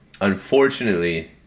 unfortunately